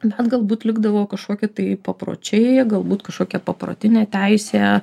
bet galbūt likdavo kažkokie tai papročiai galbūt kažkokia paprotinė teisė